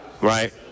Right